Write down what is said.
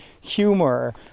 humor